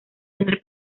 tener